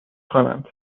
خوانند